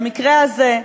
במקרה הזה,